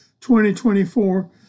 2024